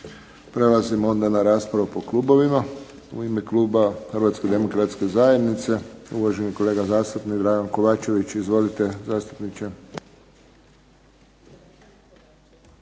Prelazimo onda na raspravu po klubovima. U ime kluba Hrvatske demokratske zajednice uvaženi kolega zastupnik Dragan Kovačević. Izvolite, zastupniče.